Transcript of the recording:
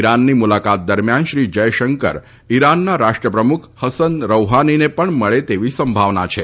ઇરાનની મુલાકાત દરમ્યાન શ્રી જયશંકર ઇરાનના રાષ્ટ્રપ્રમુખ હસન રૌહાનીને પણ મળે તેવી સંભાવના છે